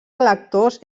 electors